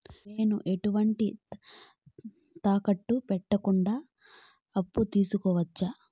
నేను ఎటువంటి తాకట్టు పెట్టకుండా అప్పు తీసుకోవచ్చా?